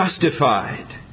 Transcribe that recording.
justified